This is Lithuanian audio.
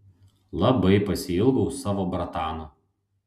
labai pasiilgau savo bratano